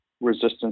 resistance